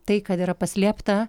tai kad yra paslėpta